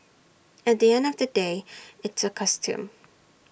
at the end of the day it's A costume